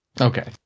Okay